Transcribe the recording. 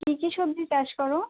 কী কী সবজি চাষ করো